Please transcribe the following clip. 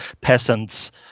peasants